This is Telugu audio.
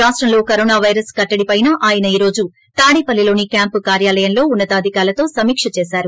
రాష్ట్రంలో కరోనా వైరస్ కట్టడిపైన ఆయన ఈ రోజు తాడేపల్లిలోని క్యాంప్ కార్యాలయంలో ఉన్నత అధికారులతో సమీక్ష చేశారు